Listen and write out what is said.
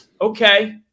okay